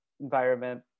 environment